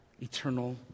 eternal